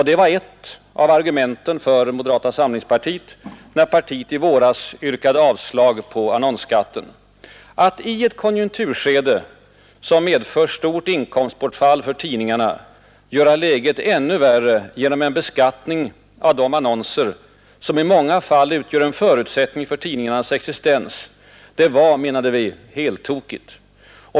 Det var ett av argumenten för moderata samlingspartiet när partiet i våras yrkade avslag på förslaget om annonsskatt. Att i ett konjunkturskede som medfört stort inkomstbortfall för tidningarna göra läget ännu värre genom en beskattning av de annonser som i många fall utgör en förutsättning för tidningarnas existens var, menade vi, heltokigt.